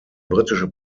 britische